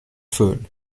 föhn